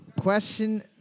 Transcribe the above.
Question